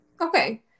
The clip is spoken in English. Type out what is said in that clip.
Okay